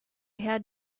had